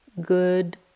good